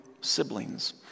siblings